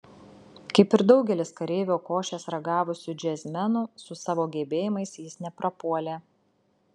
kaip ir daugelis kareivio košės ragavusių džiazmenų su savo gebėjimais jis neprapuolė